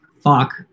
fuck